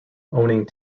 owning